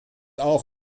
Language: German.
auch